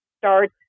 start